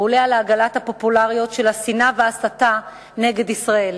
הוא עולה על עגלת הפופולריות של השנאה ושל ההסתה נגד ישראל,